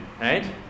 right